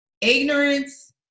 ignorance